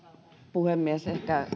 puhemies